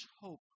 hope